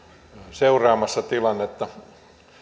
seuraamassa tilannetta